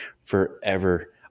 forever